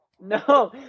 No